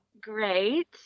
Great